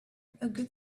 good